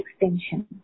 extension